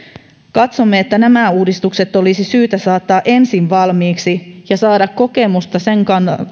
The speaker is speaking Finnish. katsomme että nämä uudistukset olisi syytä saattaa ensin valmiiksi ja saada kokemusta sen